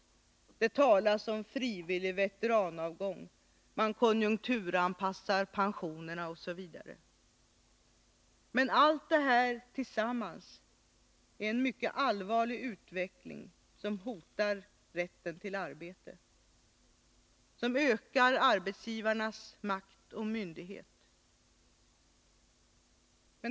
Det talas om frivillig veteranavgång, man konjunkturanpassar pensionerna osv. Allt det här tillsammans är en mycket allvarlig utveckling, som hotar rätten till arbete, som ökar arbetsgivarnas makt och myndighet.